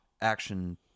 action